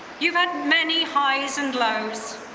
you've had many highs and lows